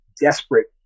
desperate